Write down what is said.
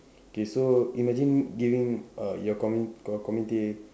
okay so imagine giving uh your commu~ co~ community